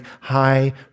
high